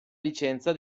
licenza